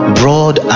broad